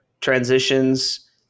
transitions